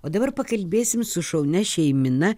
o dabar pakalbėsim su šaunia šeimyna